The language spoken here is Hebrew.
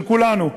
של כולנו,